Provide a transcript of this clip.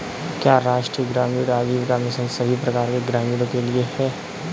क्या राष्ट्रीय ग्रामीण आजीविका मिशन सभी प्रकार के ग्रामीणों के लिए है?